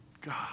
God